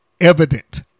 evident